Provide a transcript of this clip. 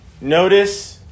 Notice